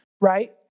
right